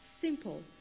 simple